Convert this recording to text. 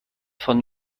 von